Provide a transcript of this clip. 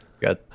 Got